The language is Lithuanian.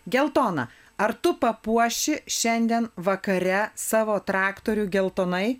geltona ar tu papuoši šiandien vakare savo traktorių geltonai